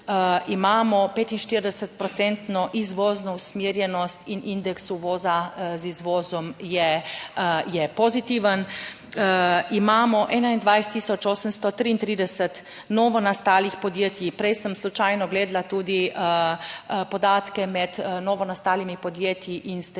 (Nadaljevanje) usmerjenost in indeks uvoza z izvozom je je pozitiven. Imamo 21 tisoč 833 novonastalih podjetij. Prej sem slučajno gledala tudi podatke med novonastalimi podjetji in stečaji